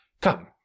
Come